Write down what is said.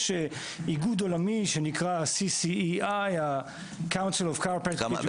יש איגוד עולמי שנקרא CCEI Council of Chiropractic Education.